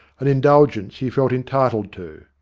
an indulgence he felt en titled to.